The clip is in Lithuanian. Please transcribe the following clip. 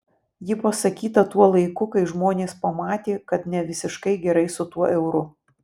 ji pasakyta tuo laiku kai žmonės pamatė kad ne visiškai gerai su tuo euru